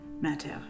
matter